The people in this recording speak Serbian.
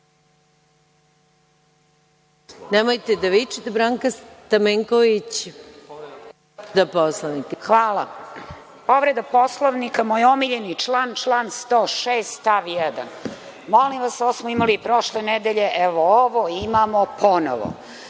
po Poslovniku. **Branka Stamenković** Hvala. Povreda Poslovnika, moj omiljeni član, član 106. stav 1. Molim vas, ovo smo imali i prošle nedelje, evo, ovo imamo ponovo.